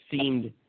seemed